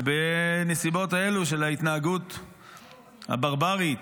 ובנסיבות האלו של ההתנהגות הברברית,